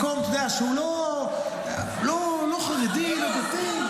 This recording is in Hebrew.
מקום, אתה יודע שהוא לא חרדי, לא דתי.